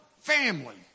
family